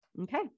Okay